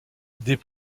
des